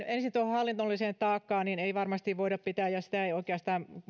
ensin tuohon hallinnolliseen taakkaan sitä ei varmasti voida pitää ja eivät oikeastaan